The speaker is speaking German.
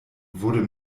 wurde